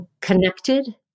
connected